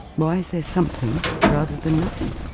why is there something rather than nothing?